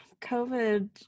COVID